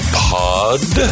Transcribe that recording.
pod